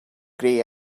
grey